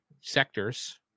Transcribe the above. sectors